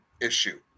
issue